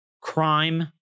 crime